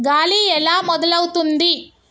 గాలి ఎలా మొదలవుతుంది?